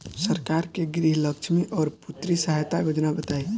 सरकार के गृहलक्ष्मी और पुत्री यहायता योजना बताईं?